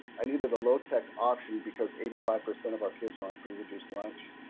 i needed a low tech option, because eighty five percent of our kids are on free reduced lunch.